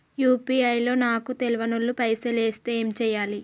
UPI లో నాకు తెల్వనోళ్లు పైసల్ ఎస్తే ఏం చేయాలి?